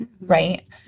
Right